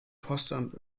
postamt